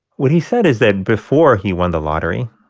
what he said is that before he won the lottery,